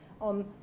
on